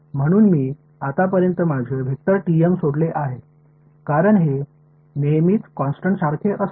म्हणून मी आतापर्यंत माझे सोडले आहे कारण हे नेहमीच कॉन्स्टन्ट सारखे असते